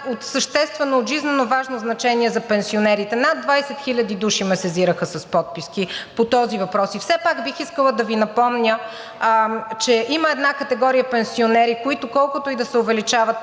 от съществено, от жизненоважно значение за пенсионерите – над 20 хил. души ме сезираха с подписки по този въпрос. И все пак бих искала да Ви напомня, че има една категория пенсионери, които колкото и да се увеличават